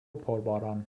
پرباران